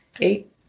eight